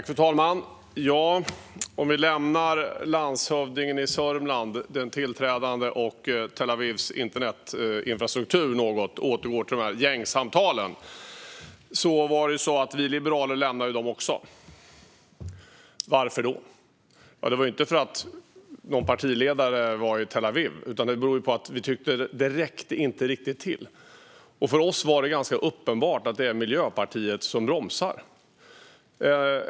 Fru talman! Vi lämnar den tillträdande landshövdingen i Södermanland och Tel Avivs internetinfrastruktur och återgår till gängsamtalen. Det var ju så att också vi liberaler lämnade dem. Varför? Ja, det var inte för att någon partiledare var i Tel Aviv, utan det berodde på att vi tyckte att de inte riktigt räckte till - och för oss var det ganska uppenbart att det är Miljöpartiet som bromsar.